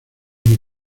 mis